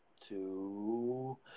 two